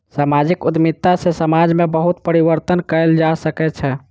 सामाजिक उद्यमिता सॅ समाज में बहुत परिवर्तन कयल जा सकै छै